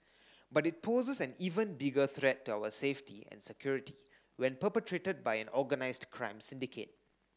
but it poses an even bigger threat to our safety and security when perpetrated by an organised crime syndicate